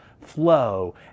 flow